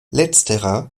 letzterer